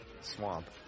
Swamp